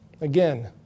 Again